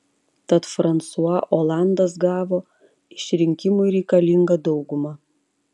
tad fransua olandas gavo išrinkimui reikalingą daugumą